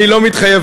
אני לא מתחייב.